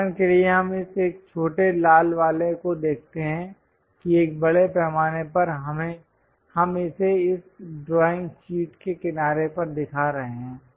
उदाहरण के लिए हम इस एक छोटे लाल वाले को देखते हैं कि एक बड़े पैमाने पर हम इसे इस ड्राइंग शीट के किनारे पर दिखा रहे हैं